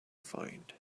find